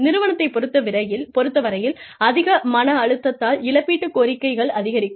நிறுவனத்தைப் பொறுத்தவரையில் அதிக மன அழுத்தத்தால் இழப்பீட்டுக் கோரிக்கைகள் அதிகரிக்கும்